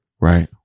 Right